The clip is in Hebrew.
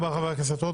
זה היה חבר הכנסת מאזן